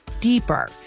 deeper